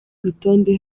rutonde